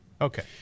Okay